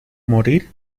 morir